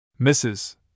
Mrs